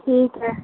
ٹھیک ہے